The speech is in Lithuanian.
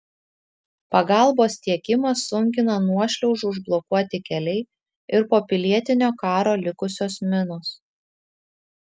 pagalbos tiekimą sunkina nuošliaužų užblokuoti keliai ir po pilietinio karo likusios minos